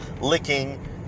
licking